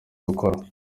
gukora